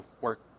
work